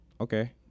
okay